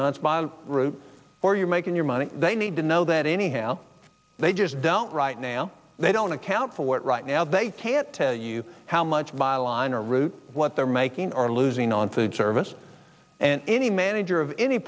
months by a route or you're making your money they need to know that anyhow they just don't right now they don't account for it right now they can't tell you how much byliner route what they're making or losing on third service and any manager of any